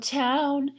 town